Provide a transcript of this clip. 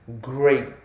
great